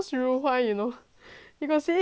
you got see 如花 you know what is 如花